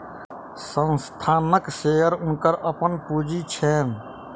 संस्थानक शेयर हुनकर अपन पूंजी छैन